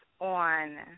on